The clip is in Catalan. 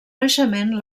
naixement